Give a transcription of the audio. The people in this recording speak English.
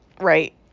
right